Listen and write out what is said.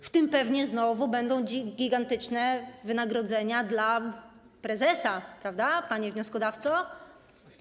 W tym pewnie znowu będą gigantyczne wynagrodzenia dla prezesa, prawda, panie wnioskodawco?